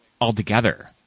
altogether